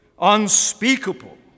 unspeakable